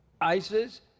ISIS